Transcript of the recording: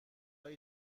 حالا